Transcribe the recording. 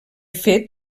fet